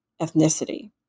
ethnicity